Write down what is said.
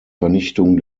vernichtung